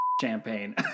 champagne